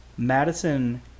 Madison